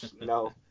No